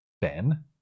ben